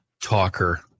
talker